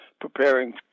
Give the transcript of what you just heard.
preparing